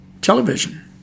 television